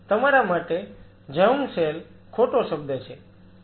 તમારા માટે germ cell ખોટો શબ્દ છે માફ કરશો